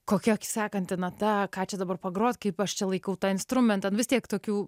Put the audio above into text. kokia sekanti nata ką čia dabar pagrot kaip aš čia laikau tą instrumentą vis tiek tokių